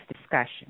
discussion